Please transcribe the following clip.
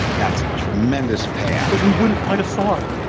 that's a tremendous payout. because we wouldn't fight assad.